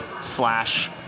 slash